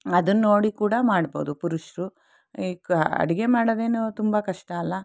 ಅದನ್ನು ನೋಡಿ ಕೂಡ ಮಾಡ್ಬೋದು ಪುರುಷರು ಈಗ ಅಡಿಗೆ ಮಾಡೋದೇನೂ ತುಂಬ ಕಷ್ಟ ಅಲ್ಲ